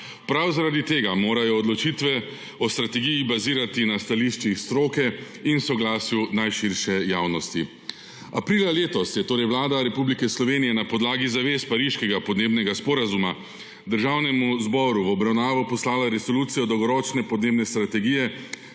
Prav zaradi tega morajo odločitve o strategiji bazirati na stališčih stroke in soglasju najširše javnosti. Aprila letos je torej Vlada Republike Slovenije na podlagi zavez Pariškega sporazuma o podnebnih spremembah Državnemu zboru v obravnavo poslala Predlog resolucije o Dolgoročni podnebni strategiji